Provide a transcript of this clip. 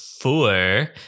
four